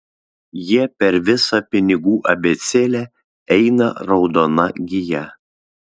jie per visą pinigų abėcėlę eina raudona gija